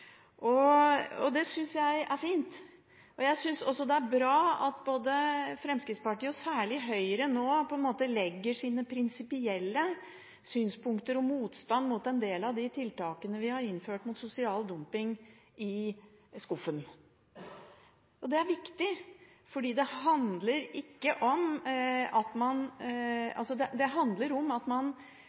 Det synes jeg er fint. Jeg synes også det er bra at Fremskrittspartiet og særlig Høyre nå legger sine prinsipielle synspunkter og motstand mot en del av de tiltakene vi har innført mot sosial dumping, i skuffen. Det er viktig, fordi det handler om at man ser nødvendigheten og ønskeligheten av å bruke tiltakene, og at man